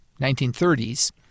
1930s